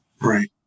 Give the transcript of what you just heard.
Right